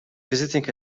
visiting